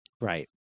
Right